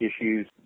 issues